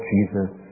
Jesus